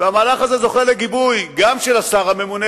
והמהלך הזה זוכה לגיבוי גם של השר הממונה,